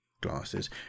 glasses